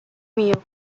mio